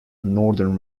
northern